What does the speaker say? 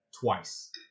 twice